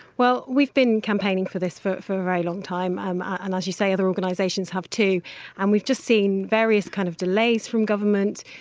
well, we've been campaigning for this for a very long time um and, as you say, other organisations have too and we've just seen various kind of delays from government,